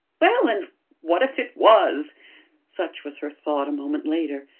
well, and what if it was such was her thought a moment later.